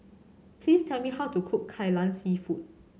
please tell me how to cook Kai Lan Seafood